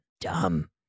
dumb